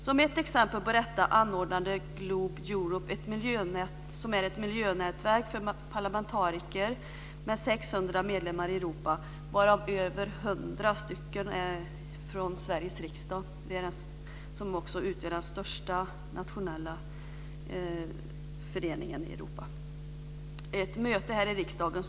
Som ett exempel på detta anordnade Globe Europe - ett miljönätverk för parlamentariker med 600 medlemmar i Europa, varav över 100 är från Sveriges riksdag och utgör den största nationella föreningen i Europa - ett möte här i riksdagen.